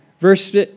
verse